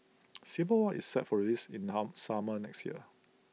civil war is set for release in harm summer next year